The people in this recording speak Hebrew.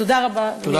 תודה רבה, אדוני.